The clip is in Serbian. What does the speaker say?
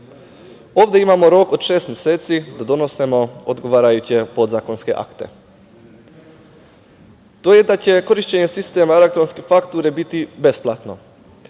Ovde imamo rok od šest meseci da donesemo odgovarajuće podzakonske akte. To je da će korišćenje sistem elektronskih faktura biti besplatno.